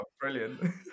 brilliant